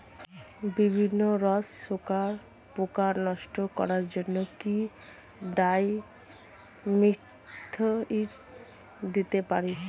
বিভিন্ন রস শোষক পোকা নষ্ট করার জন্য কি ডাইমিথোয়েট দিতে পারি?